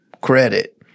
credit